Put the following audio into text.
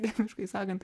techniškai sakant